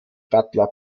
butler